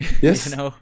Yes